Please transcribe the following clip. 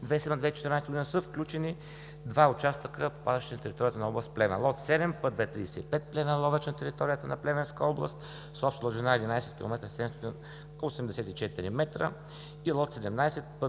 са включени два участъка, попадащи на територията на област Плевен: лот 7, път II-35 Плевен-Ловеч на територията на Плевенска област с обща дължина 11 км 784 м и лот 17, път